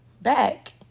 back